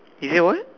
he said what